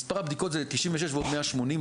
מספר הבדיקות זה 96 ועוד 180,